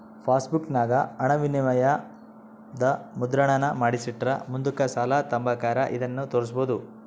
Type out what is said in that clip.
ಪಾಸ್ಬುಕ್ಕಿನಾಗ ಹಣವಿನಿಮಯದ ಮುದ್ರಣಾನ ಮಾಡಿಸಿಟ್ರ ಮುಂದುಕ್ ಸಾಲ ತಾಂಬಕಾರ ಇದನ್ನು ತೋರ್ಸ್ಬೋದು